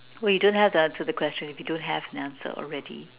wait you don't have to answer the question if you don't have an answer already